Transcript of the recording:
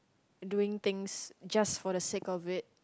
doing things just for the sake of it